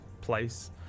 place